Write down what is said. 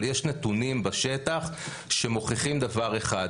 אבל יש נתונים בשטח שמוכיחים דבר אחד,